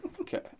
Okay